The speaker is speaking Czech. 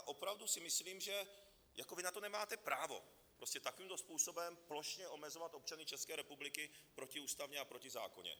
Opravdu si myslím, že na to nemáte právo takovýmto způsobem plošně omezovat občany České republiky, protiústavně a protizákonně.